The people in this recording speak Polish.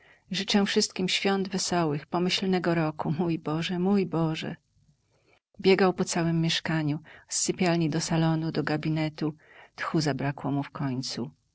życzę wszystkim świąt wesołych pomyślnego roku mój boże mój boże biegał po całem mieszkaniu z sypialni do salonu do gabinetu tchu zabrakło mu wkońcu w